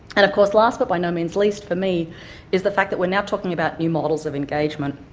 and of course last but by no means least for me is the fact that we're now talking about new models of engagement.